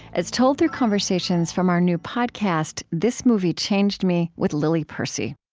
as told through conversations from our new podcast, this movie changed me, with lily percy